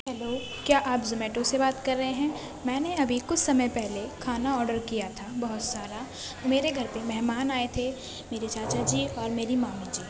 hello کیا آپ Zomato سے بات کر رہے ہیں میں نے ابھی کچھ سمئے پہلے کھانا آڈر کیا تھا بہت سارا تو میرے گھر پہ مہمان آئے تھے میرے چاچا جی اور میری مامی جی